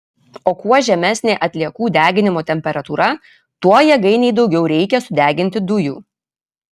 o kuo žemesnė atliekų deginimo temperatūra tuo jėgainei daugiau reikia sudeginti dujų